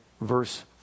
verse